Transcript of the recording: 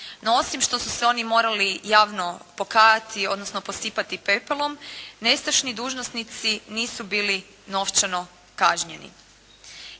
No osim što su se oni morali javno pokajati, odnosno posipati pepelom, nestašni dužnosnici nisu bili novčano kažnjeni.